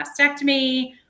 mastectomy